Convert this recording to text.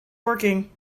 working